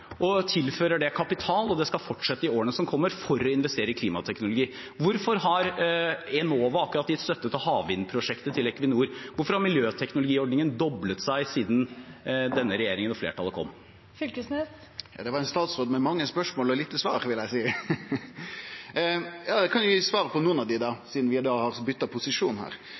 og tilfører det kapital, og at det skal fortsette i årene som kommer for å investere i klimateknologi? Hvorfor har Enova akkurat gitt støtte til havvindprosjektet til Equinor? Hvorfor har miljøteknologiordningen doblet seg siden denne regjeringen og flertallet kom? Det åpnes for oppfølgingsspørsmål – først Torgeir Knag Fylkesnes. Ja, det var ein statsråd med mange spørsmål og få svar vil eg seie! Eg kan gi svar på nokre av dei da, sidan vi har bytt posisjon her.